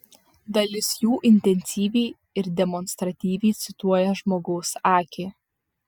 dalis jų intensyviai ir demonstratyviai cituoja žmogaus akį